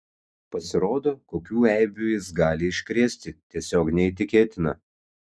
pasirodo kokių eibių jis gali iškrėsti tiesiog neįtikėtina